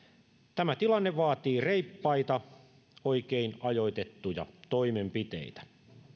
tämä tilanne vaatii reippaita oikein ajoitettuja toimenpiteitä